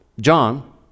John